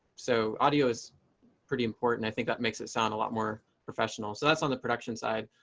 so audio is pretty important. i think that makes it sound a lot more professional. so that's on the production side.